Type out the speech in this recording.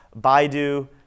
Baidu